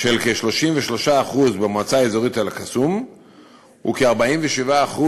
של כ-33% במועצה האזורית אל-קסום וכ-47%